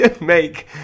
make